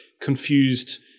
confused